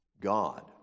God